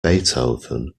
beethoven